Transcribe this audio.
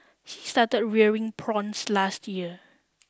he started rearing prawns last year